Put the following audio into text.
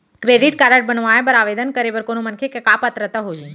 Credit card बनवाए बर आवेदन करे बर कोनो मनखे के का पात्रता होही?